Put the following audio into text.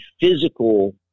physical